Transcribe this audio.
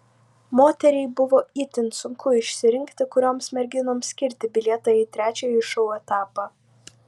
moteriai buvo itin sunku išsirinkti kurioms merginoms skirti bilietą į trečiąjį šou etapą